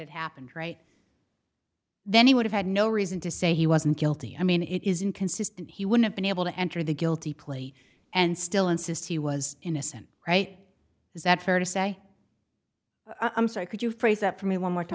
it happened right then he would have had no reason to say he wasn't guilty i mean it is inconsistent he would have been able to enter the guilty plea and still insists he was innocent right is that fair to say i'm sorry could you phrase that for me one more to